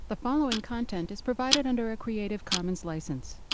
the following content is provided under a creative commons license.